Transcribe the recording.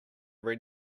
red